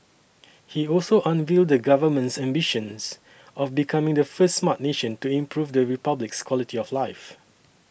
he also unveiled the Government's ambitions of becoming the first Smart Nation to improve the Republic's quality of life